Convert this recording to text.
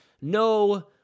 no